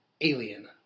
Alien